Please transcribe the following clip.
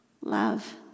love